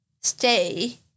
stay